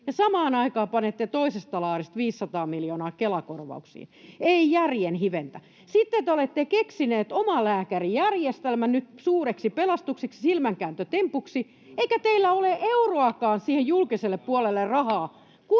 ja samaan aikaan panette toisesta laarista 500 miljoonaa Kela-korvauksiin. Ei järjen hiventä. Sitten te olette keksineet omalääkärijärjestelmän nyt suureksi pelastukseksi, silmänkääntötempuksi, eikä teillä ole euroakaan siihen julkiselle puolelle rahaa.